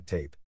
Tape